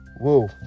Whoa